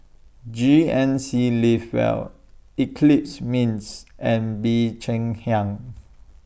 G N C Live Well Eclipse Mints and Bee Cheng Hiang